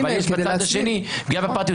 אבל בצד השני יש פגיעה בפרטיות.